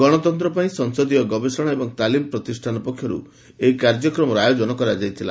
ଗଣତନ୍ତ ପାଇଁ ସଂସଦୀୟ ଗବେଷଣା ଏବଂ ତାଲିମ୍ ପ୍ରତିଷ୍ଠାନ ପକ୍ଷର୍ ଏହି କାର୍ଯ୍ୟକ୍ରମର ଆୟୋଜନ କରାଯାଇଥିଲା